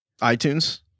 iTunes